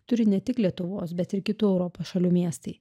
turi ne tik lietuvos bet ir kitų europos šalių miestai